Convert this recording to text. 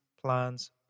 plans